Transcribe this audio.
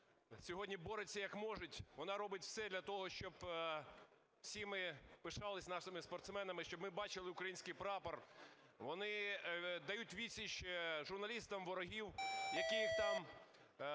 сьогодні бореться як може, вона робить все для того, щоби всі ми пишалися нашими спортсменами, щоб ми бачили український прапор, вони дають відсіч журналістам ворогів, які їх там